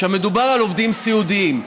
מדובר על עובדים סיעודיים.